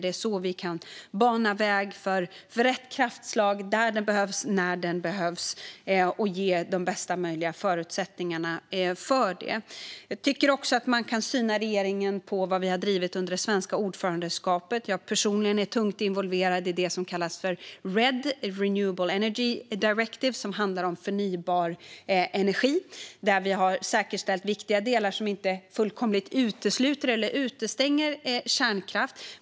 Det är så vi kan bana väg för rätt kraftslag där de behövs och när de behövs och ge de bästa möjliga förutsättningarna för det. Jag tycker också att man kan syna regeringen på vad vi har drivit under det svenska ordförandeskapet. Jag är personligen tungt involverad i det som kallas för RED, Renewable Energy Directive, och som handlar om förnybar energi. Vi har säkerställt viktiga delar som inte fullkomligt utesluter eller utestänger kärnkraft.